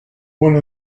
one